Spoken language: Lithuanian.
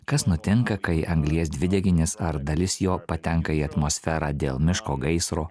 kas nutinka kai anglies dvideginis ar dalis jo patenka į atmosferą dėl miško gaisro